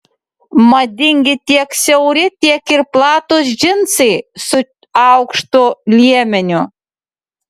madingi tiek siauri tiek ir platūs džinsai su aukštu liemeniu